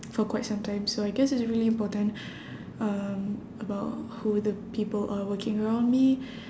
for quite sometime so I guess it's really important um about who the people are working around me